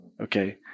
okay